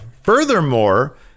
Furthermore